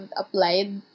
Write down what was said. applied